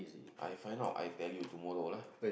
I find out I tell you tomorrow lah